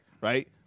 Right